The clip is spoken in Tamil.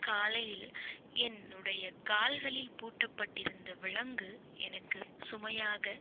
காலையில் என்னுடைய கால்களில் பூட்டப்பட்டிருந்த விலங்கு எனக்கு சுமையாக